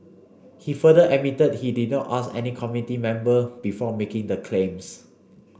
he further admitted he did not ask any committee member before making the claims